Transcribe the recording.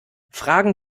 fragen